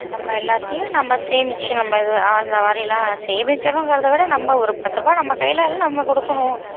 நம்ம எல்லாத்தையும் நம்ம சேமித்து நம்ம இது அந்த மாதிரியெல்லாம் சேமிக்கணும்ங்கிறத விட நம்ம ஒரு பத்து ரூபாய் நம்ம கையில் எல்லாம் நம்ம கொடுக்கணும்